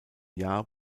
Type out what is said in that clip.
jahr